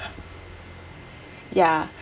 ya